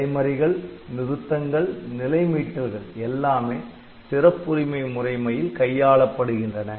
இடைமறிகள் நிறுத்தங்கள் நிலை மீட்டல்கள் எல்லாமே சிறப்புரிமை முறைமையில் கையாளப்படுகின்றன